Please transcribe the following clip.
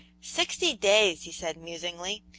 sixty days! he said, musingly.